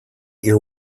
your